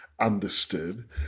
understood